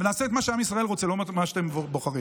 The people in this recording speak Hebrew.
ונעשה את מה שעם ישראל רוצה ולא מה שאתם בוחרים.